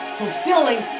fulfilling